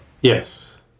yes